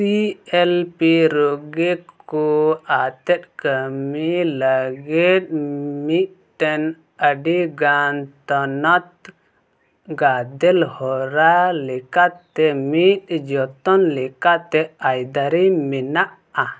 ᱥᱤ L P ᱨᱳᱜᱤ ᱠᱚ ᱟᱛᱮᱫ ᱠᱟᱹᱢᱤ ᱞᱟᱹᱜᱤᱫ ᱢᱤᱫᱴᱮᱱ ᱟᱹᱰᱤᱜᱟᱱ ᱛᱷᱚᱱᱚᱛ ᱜᱟᱫᱮᱞ ᱦᱚᱨᱟ ᱞᱮᱠᱟᱛᱮ ᱢᱤᱫ ᱡᱚᱛᱚᱱ ᱞᱮᱠᱟᱛᱮ ᱟᱹᱭᱫᱟᱹᱨᱤ ᱢᱮᱱᱟᱜᱼᱟ